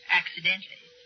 accidentally